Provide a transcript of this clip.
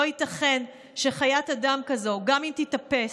לא ייתכן שחיית אדם כזאת, גם אם תיתפס,